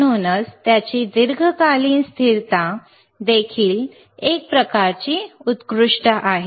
म्हणूनच त्याची दीर्घकालीन स्थिरता देखील एक प्रकारची उत्कृष्ट आहे